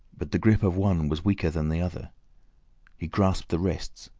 but the grip of one was weaker than the other he grasped the wrists,